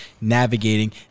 navigating